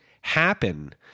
happen